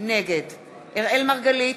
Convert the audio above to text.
נגד אראל מרגלית,